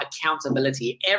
accountability